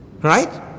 Right